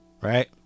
right